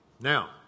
Now